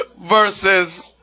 versus